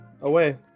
away